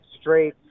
straight